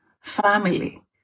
family